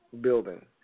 building